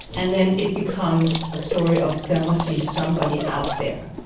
and then it becomes a story of, there must be somebody out there.